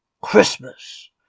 Christmas